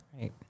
Right